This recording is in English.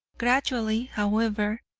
gradually, however,